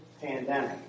pandemic